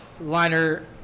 liner